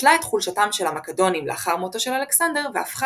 ניצלה את חולשתם של המקדונים לאחר מותו של אלכסנדר והפכה